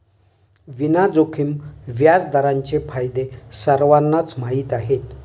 विना जोखीम व्याजदरांचे फायदे सर्वांनाच माहीत आहेत